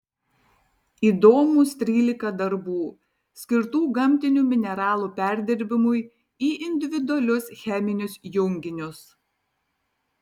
įdomūs trylika darbų skirtų gamtinių mineralų perdirbimui į individualius cheminius junginius